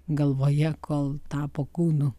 galvoje kol tapo kūnu